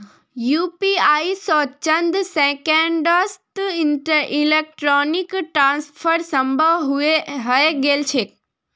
UPI स चंद सेकंड्सत इलेक्ट्रॉनिक ट्रांसफर संभव हई गेल छेक